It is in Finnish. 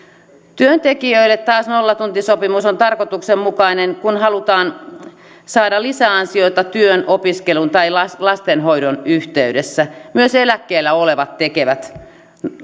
työntekijöille taas nollatuntisopimus on tarkoituksenmukainen kun halutaan saada lisäansioita työn opiskelun tai lastenhoidon yhteydessä myös eläkkeellä olevat tekevät